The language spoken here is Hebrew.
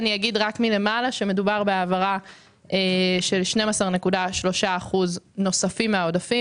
אגיד רק מלמעלה שמדובר בהעברה של 12.3% נוספים מן העודפים,